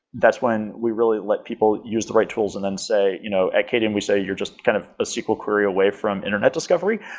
that's when we really let people use the right tools and then say you know at qadium we say you're just kind of a sql query away from internet discover.